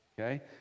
okay